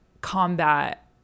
combat